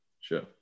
Sure